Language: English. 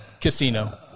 Casino